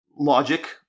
Logic